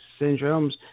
syndromes